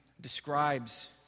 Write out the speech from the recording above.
describes